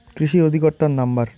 কৃষি অধিকর্তার নাম্বার?